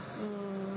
mm